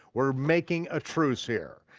we're making a truce here,